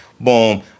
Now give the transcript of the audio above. boom